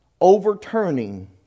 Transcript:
overturning